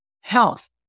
health